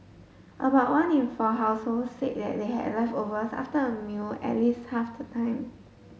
about one in four households said they had leftovers after a meal at least half the time